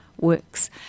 works